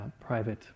private